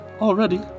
already